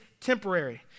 temporary